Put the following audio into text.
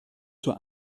zur